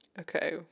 okay